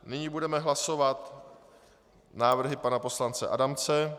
Nyní budeme hlasovat návrhy pana poslance Adamce.